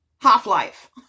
half-life